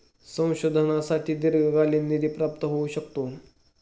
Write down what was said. संशोधनासाठी दीर्घकालीन निधी प्राप्त होऊ शकतो का?